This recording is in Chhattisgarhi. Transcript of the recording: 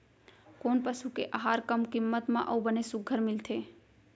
कोन पसु के आहार कम किम्मत म अऊ बने सुघ्घर मिलथे?